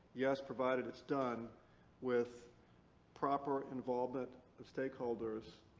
yes, provided it's done with proper involvement of stakeholders